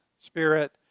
spirit